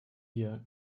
hier